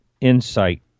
InSight